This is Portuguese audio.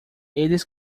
eles